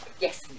yes